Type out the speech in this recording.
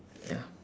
ya